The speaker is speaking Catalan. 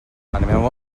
anem